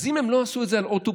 אז אם הם לא עשו את זה על אוטובוס,